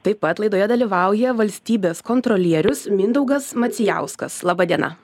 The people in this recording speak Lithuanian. taip pat laidoje dalyvauja valstybės kontrolierius mindaugas macijauskas laba diena